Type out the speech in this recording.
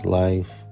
life